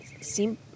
seem